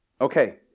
Okay